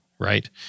right